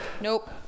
Nope